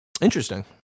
Interesting